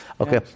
Okay